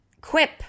Quip